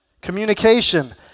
Communication